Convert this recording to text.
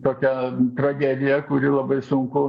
tokią tragediją kuri labai sunku